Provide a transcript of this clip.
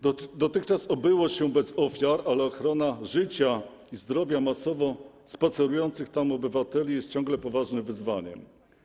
Dotychczas obyło się bez ofiar, ale ochrona życia i zdrowia masowo spacerujących tam obywateli jest ciągle poważnym wyzwaniem.